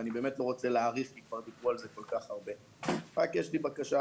אני לא רוצה להאריך כי כבר דיברו על זה כל כך הרבה אבל יש לי בקשה